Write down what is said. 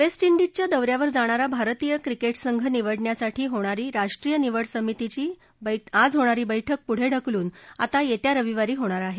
waste इंडीजच्या दौऱ्यावर भारतीय क्रिकेट संघ निवडण्यासाठी होणारी राष्ट्रीय निवड समितीची आज होणारी बैठक पुढं ढकलून आता येत्या रविवारी होणार आहे